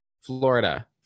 florida